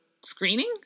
screening